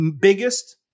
biggest